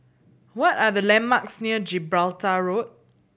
what are the landmarks near Gibraltar Road